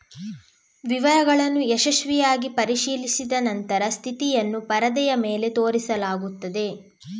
ವಿವರಗಳನ್ನು ಯಶಸ್ವಿಯಾಗಿ ಪರಿಶೀಲಿಸಿದ ನಂತರ ಸ್ಥಿತಿಯನ್ನು ಪರದೆಯ ಮೇಲೆ ತೋರಿಸಲಾಗುತ್ತದೆ